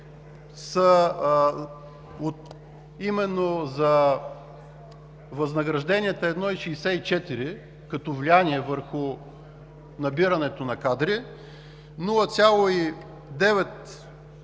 са именно: възнагражденията – 1,64, като влияние върху набирането на кадри; 0,9